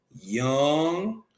young